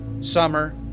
Summer